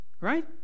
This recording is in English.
right